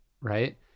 right